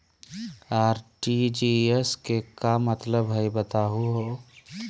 RTGS के का मतलब हई, बताहु हो?